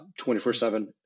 24-7